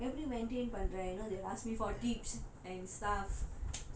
எப்படி:eppadi maintain பண்றே:pandrae you know they'll ask me for tips and stuff